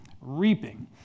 reaping